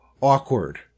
awkward